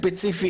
ספציפי,